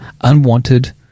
unwanted